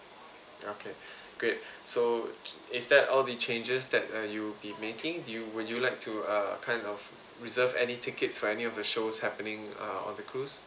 okay great so is that all the changes that uh you'll be making do you would you like to uh kind of reserve any tickets for any of the show's happening uh on the cruise